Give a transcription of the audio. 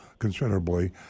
considerably